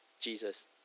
Jesus